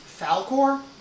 Falcor